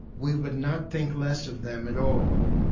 we would not think less of them at all,